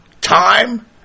Time